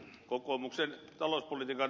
herra puhemies